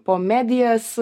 po medijas